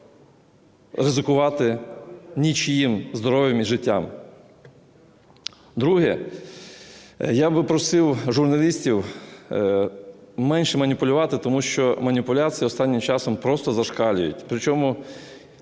ризикувати нічиїм здоров'ям і життям. Друге. Я би просив журналістів менше маніпулювати, тому що маніпуляції останнім часом просто зашкалюють.